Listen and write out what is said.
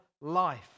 life